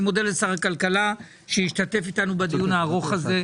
אני מודה לשר הכלכלה שהשתתף איתנו בדיון הארוך הזה,